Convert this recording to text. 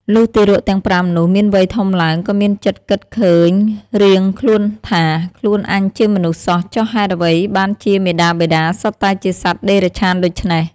លុះទារកទាំង ៥ នោះ មានវ័យធំឡើង ក៏មានចិត្តគិតឃើញរៀងខ្លួនថា៖ "ខ្លួនអញជាមនុស្សសោះ ចុះហេតុអ្វីបានជាមាតាបិតាសុទ្ធតែជាសត្វតិរច្ឆានដូច្នេះ!"។